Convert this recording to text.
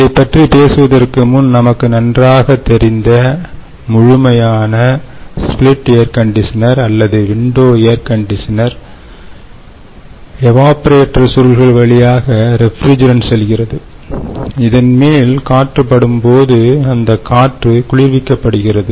இதைப் பற்றி பேசுவதற்கு முன் நமக்கு நன்றாக தெரிந்த முழுமையான ஸ்ப்ளிட் ஏர் கண்டிஷனில் அல்லது விண்டோ ஏர் கண்டிஷனில் எவாப்பரேட்டர் சுருள்கள் வழியாக ரெஃப்ரிஜிரண்ட் செல்கிறது இதன் மேல் காற்று படும்போது அந்தக் காற்று குளிர்விக்கப்படுகிறது